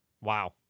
Wow